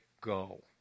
go